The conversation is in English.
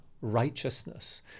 righteousness